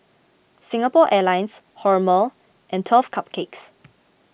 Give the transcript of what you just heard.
Singapore Airlines Hormel and twelve Cupcakes